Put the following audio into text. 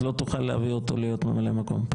אז לא תוכל להביא אותו להיות ממלא מקום.